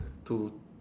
to